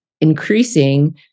increasing